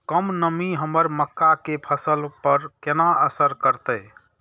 कम नमी हमर मक्का के फसल पर केना असर करतय?